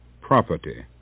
property